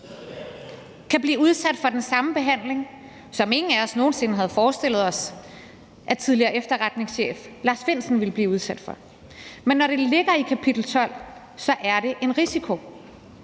kan blive udsat for den samme behandling, som ingen af os nogen sinde havde forestillet sig at tidligere efterretningschef Lars Findsen ville blive udsat for. Men når det ligger i kapitel 12, er det en risiko.